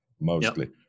mostly